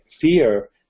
fear